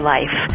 Life